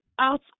out